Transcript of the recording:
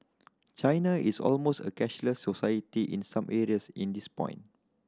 China is almost a cashless society in some areas in this point